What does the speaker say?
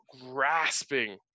grasping